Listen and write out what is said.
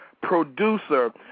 producer